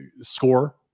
score